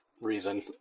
reason